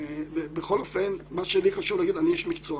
בכל אופן, אני איש מקצוע,